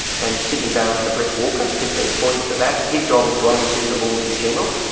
and sydney barrister brett walker has been appointed to that, and his job is to oversee the laws in general,